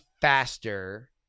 faster